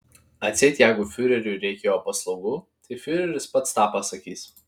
atseit jeigu fiureriui reikia jo paslaugų tai fiureris pats tą pasakys